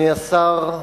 אחריו,